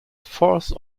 force